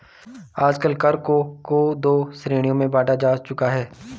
आजकल कर को दो श्रेणियों में बांटा जा चुका है